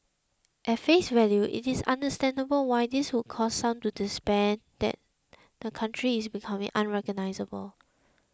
at face value it is understandable why this would cause some to despair that the country is becoming unrecognisable